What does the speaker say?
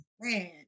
man